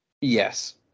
yes